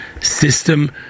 system